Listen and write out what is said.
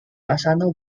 asano